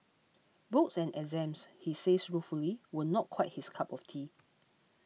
books and exams he says ruefully were not quite his cup of tea